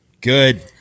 good